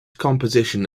composition